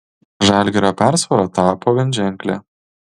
žalgirio persvara tapo vienženklė